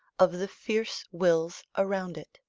of the fierce wills around it.